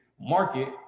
market